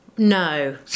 no